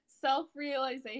self-realization